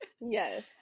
yes